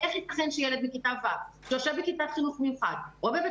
איך ייתכן שילד בכיתה ו' שיושב בכיתת חינוך מיוחד או בבית